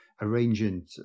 arranging